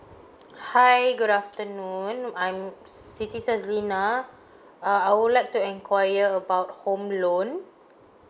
hi good afternoon I'm siti sazilinah I would like to enquire about home loan